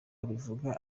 abivuga